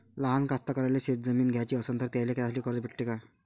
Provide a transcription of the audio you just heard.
लहान कास्तकाराइले शेतजमीन घ्याची असन तर त्याईले त्यासाठी कर्ज भेटते का?